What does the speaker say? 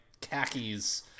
khakis